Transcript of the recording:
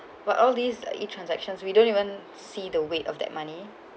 but all these uh E_transactions we don't even see the weight of that money